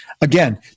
Again